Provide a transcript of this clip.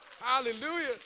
Hallelujah